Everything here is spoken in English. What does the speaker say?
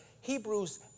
Hebrews